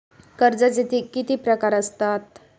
कर्जाचे किती प्रकार असात?